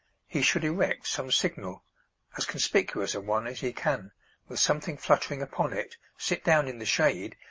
he should erect some signal as conspicuous a one as he can with something fluttering upon it, sit down in the shade,